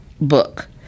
book